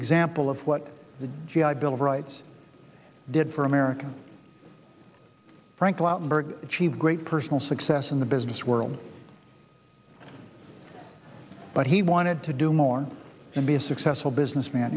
example of what the g i bill of rights did for america frank lautenberg achieved great personal success in the business world but he wanted to do more and be a successful businessman